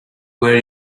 where